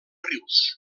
rius